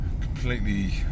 completely